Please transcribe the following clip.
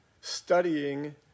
studying